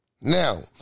Now